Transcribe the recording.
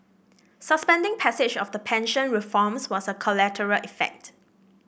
suspending passage of the pension reforms was a collateral effect